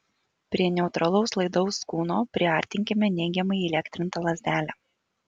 prie neutralaus laidaus kūno priartinkime neigiamai įelektrintą lazdelę